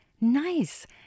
nice